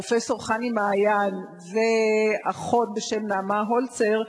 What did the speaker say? פרופסור חני מעיין ואחות בשם נעמה הולצר,